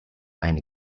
eine